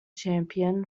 champion